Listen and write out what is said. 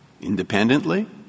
independently